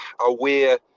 aware